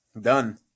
Done